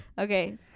Okay